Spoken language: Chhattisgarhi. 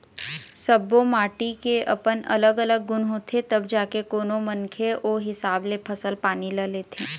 सब्बो माटी के अपन अलग अलग गुन होथे तब जाके कोनो मनखे ओ हिसाब ले फसल पानी ल लेथे